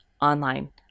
online